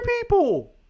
people